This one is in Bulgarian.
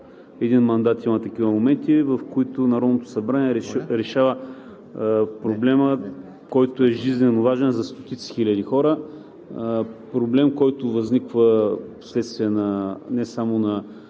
един мандат има такива моменти, в които Народното събрание решава проблема, който е жизнено важен за стотици хиляди хора – проблем, който възниква вследствие не само на